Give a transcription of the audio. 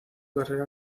carrera